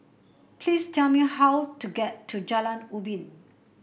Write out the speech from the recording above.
please tell me how to get to Jalan Ubin